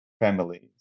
families